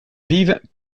vives